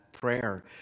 prayer